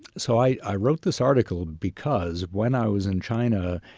so i i wrote this article because when i was in china,